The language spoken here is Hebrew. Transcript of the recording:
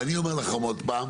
ואני אומר לכם עוד פעם,